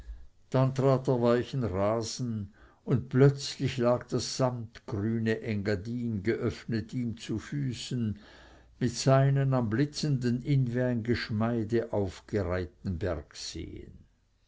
dann trat er weichen rasen und plötzlich lag das sammetgrüne engadin geöffnet ihm zu füßen mit seinen am blitzenden inn wie ein geschmeide aufgereihten